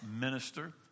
minister